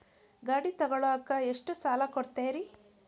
ಗಾಡಿ ತಗೋಳಾಕ್ ಎಷ್ಟ ಸಾಲ ಕೊಡ್ತೇರಿ?